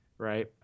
Right